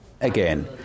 again